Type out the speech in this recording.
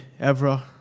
Evra